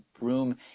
room